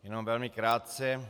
Jenom velmi krátce.